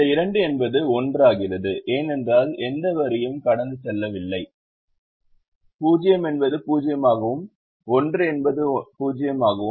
இந்த 2 என்பது 1 ஆகிறது ஏனென்றால் எந்த வரியும் கடந்து செல்லவில்லை 0 என்பது 0 ஆகவும் 1 என்பது 0 ஆகவும்